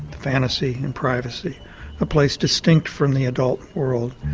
fantasy, and privacy a place distant from the adult world,